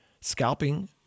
scalping